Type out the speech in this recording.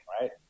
Right